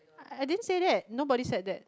I I didn't say that nobody said that